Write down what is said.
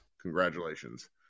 Congratulations